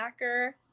snacker